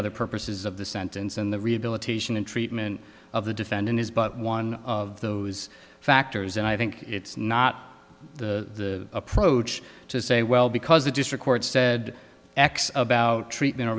other purposes of the sentence and the rehabilitation and treatment of the defendant is but one of those factors and i think it's not the approach to say well because the district court said x about treatment o